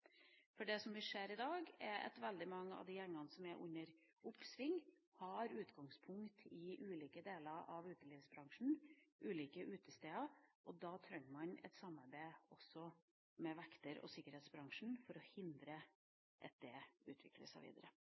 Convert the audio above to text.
vi ser i dag, er at veldig mange av de gjengene som er under oppsving, har utgangspunkt i ulike deler av utelivsbransjen, i ulike utesteder, og da trenger man et samarbeid også med vekter- og sikkerhetsbransjen for å hindre at dette utvikler seg videre.